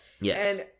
Yes